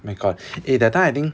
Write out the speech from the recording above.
my god eh that time I think